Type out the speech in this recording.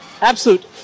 Absolute